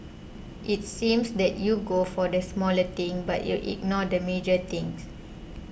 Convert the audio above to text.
it seems that you go for the smaller thing but you ignore the major things